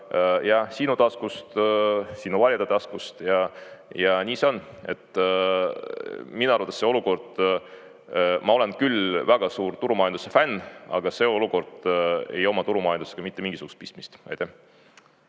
ja sinu taskust, sinu valijate taskust. Nii see on. Minu arvates see olukord – ma olen küll väga suur turumajanduse fänn, aga see olukord ei oma turumajandusega mitte mingisugust pistmist. Aitäh!